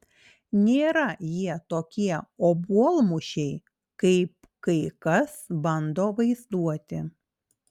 nėra jie tokie obuolmušiai kaip kai kas bando vaizduoti